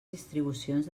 distribucions